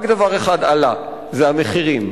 רק דבר אחד עלה, המחירים.